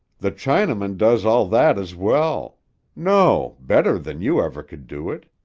the chinaman does all that as well no, better than you ever could do it.